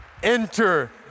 Enter